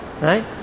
Right